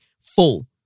full